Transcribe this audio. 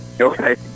Okay